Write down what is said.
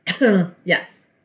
yes